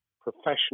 professional